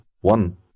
one